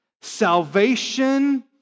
salvation